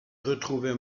retrouvé